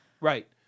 Right